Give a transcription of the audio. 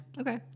Okay